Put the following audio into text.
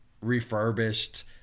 refurbished